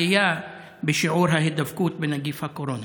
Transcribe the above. עלייה בשיעור ההידבקות בנגיף הקורונה.